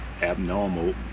Abnormal